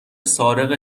سارق